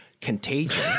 Contagion